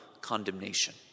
condemnation